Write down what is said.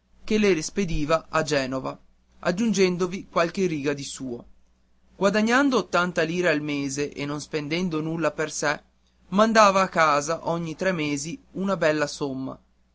che le spediva a genova aggiungendovi qualche riga di suo guadagnando ottanta lire al mese e non spendendo nulla per sé mandava a casa ogni tre mesi una bella somma